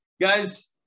Guys